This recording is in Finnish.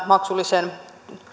maksullisen